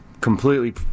Completely